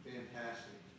Fantastic